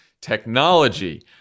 technology